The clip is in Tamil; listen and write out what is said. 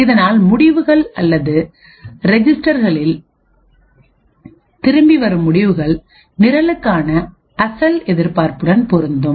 இதனால் முடிவுகள் அல்லது ரிஜிஸ்டர்களிலிருந்து திரும்பி வரும் முடிவுகள் நிரலுக்கான அசல் எதிர்பார்ப்புடன் பொருந்தும்